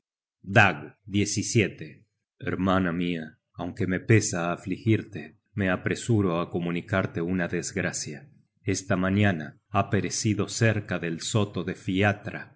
dag hermana mia aunque me pesa afligirte me apresuro á comunicarte una desgracia esta mañana ha perecido cerca del soto de